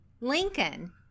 lincoln